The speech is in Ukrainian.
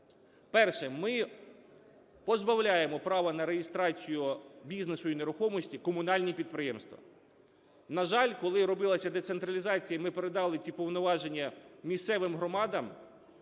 Перше. Ми позбавляємо права на реєстрацію бізнесу і нерухомості комунальні підприємства. На жаль, коли робилася децентралізація і ми передали ці повноваження місцевим громадам,